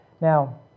Now